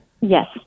Yes